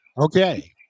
Okay